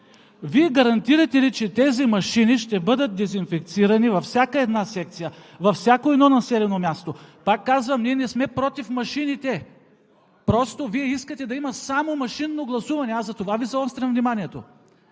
Вие гарантирате ли, че тези машини ще бъдат дезинфекцирани във всяка една секция, във всяко едно населено място? Пак казвам: ние не сме против машините! Просто Вие искате да има само машинно гласуване – аз затова Ви заострям вниманието.